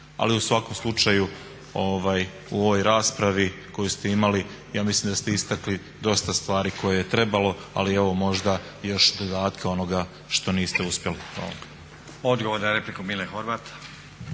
Ali u svakom slučaju u ovoj raspravi koju ste imali ja mislim da ste istakli dosta stvari koje je trebalo, ali evo možda još dodatke onoga što niste uspjeli. Hvala.